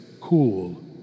cool